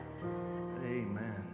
Amen